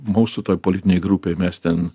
mūsų toj politinėj grupėj mes ten